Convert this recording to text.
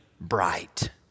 bright